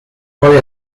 poi